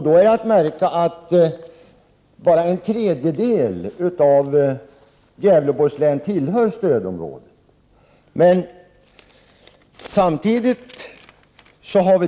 Då är att märka att bara en tredjedel av Gävleborgs län tillhör stödområdet.